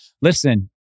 Listen